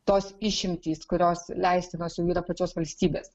tos išimtys kurios leistinos jau yra pačios valstybės